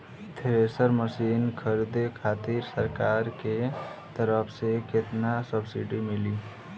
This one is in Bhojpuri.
थ्रेसर मशीन खरीदे खातिर सरकार के तरफ से केतना सब्सीडी मिली?